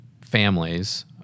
families